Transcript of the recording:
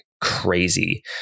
crazy